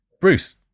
bruce